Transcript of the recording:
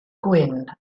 gwyn